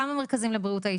כמה מרכזים יש?